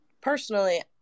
personally